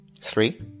Three